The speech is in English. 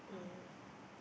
ah